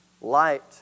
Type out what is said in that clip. light